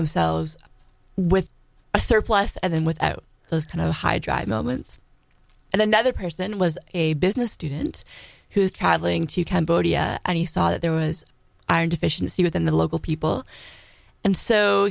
themselves with a surplus and then without those kind of high drive moments and another person was a business student who's traveling to cambodia and he saw that there was iron deficiency within the local people and so